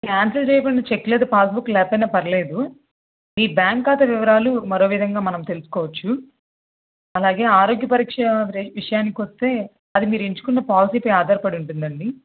cancel చెయ్యబడిన cheque లేదా passbook లేకపోయినా పర్వాలేదు మీ బ్యాంక్ ఖాతా వివరాలు మరో విధంగా మనం తెలుసుకోవచ్చు అలాగే ఆరోగ్య పరీక్ష దె విషయానికొస్తే అది మీరు ఎంచుకున్న పాలసీపై ఆధారపడి ఉంటుందండి